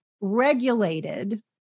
regulated